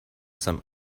some